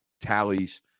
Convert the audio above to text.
tallies